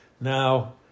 now